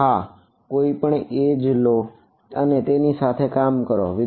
અને હા કોઈપણ એજ લો અને તેની સાથે કામ કરો